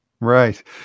Right